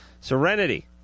Serenity